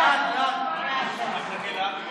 ההצעה להעביר